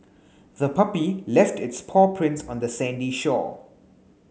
the puppy left its paw prints on the sandy shore